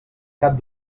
cap